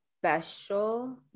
Special